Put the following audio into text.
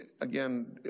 again